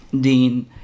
Dean